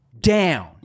down